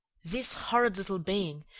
this horrid little being,